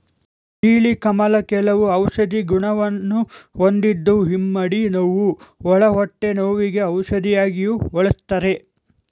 ನೀಲಿ ಕಮಲ ಕೆಲವು ಔಷಧಿ ಗುಣವನ್ನು ಹೊಂದಿದ್ದು ಇಮ್ಮಡಿ ನೋವು, ಒಳ ಹೊಟ್ಟೆ ನೋವಿಗೆ ಔಷಧಿಯಾಗಿಯೂ ಬಳ್ಸತ್ತರೆ